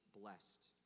blessed